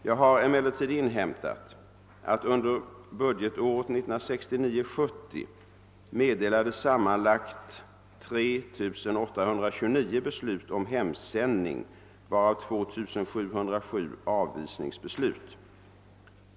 Jag har emellertid inhämtat att under budgetåret 1969/70 meddelades sammanlagt 3 829 beslut om hemsändning, varav 2707 avvisningsbeslut.